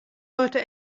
sollte